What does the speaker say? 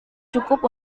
cukup